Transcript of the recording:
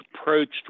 approached